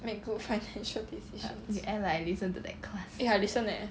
make good financial decisions eh I listen eh